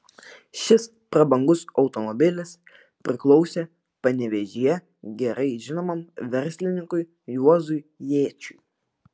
šis prabangus automobilis priklausė panevėžyje gerai žinomam verslininkui juozui jėčiui